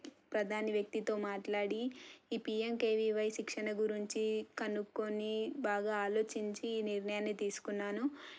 ప్రధాని వ్యక్తితో మాట్లాడి ఈ పీఎంకేవీవై శిక్షణ గురించి కనుక్కొని బాగా ఆలోచించి ఈ నిర్ణయాన్ని తీసుకున్నాను